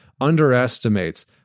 underestimates